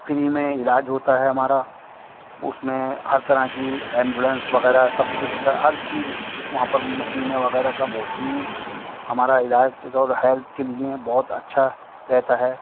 free میں علاج ہوتا ہے ہمارا اس میں ہر طرح کی ایمبولنس وغیرہ سب کچھ ہر چیز اس وہاں پر مشینیں وغیرہ سب ہوتی ہیں ہمارا علاج اور ہیلتھ کے لیے بہت اچھا رہتا ہے